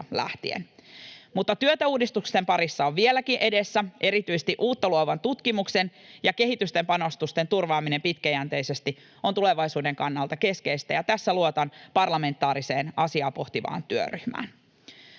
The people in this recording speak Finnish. Mutta työtä uudistusten parissa on vieläkin edessä. Erityisesti uutta luovan tutkimuksen ja kehityksen panostusten turvaaminen pitkäjänteisesti on tulevaisuuden kannalta keskeistä, ja tässä luotan parlamentaariseen, asiaa pohtivaan työryhmään.